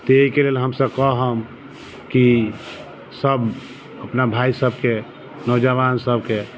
तऽ एहिके लेल हमसब कहब कि सब अपना भाइसबके नौजवानसबके